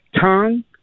tongue